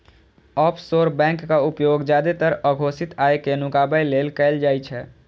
offshore बैंकक उपयोग जादेतर अघोषित आय कें नुकाबै लेल कैल जाइ छै